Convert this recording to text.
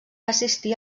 assistir